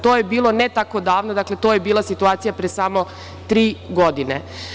To je bilo ne tako davno, dakle, to je bila situacija pre samo tri godine.